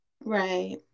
Right